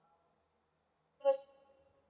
cause